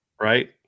Right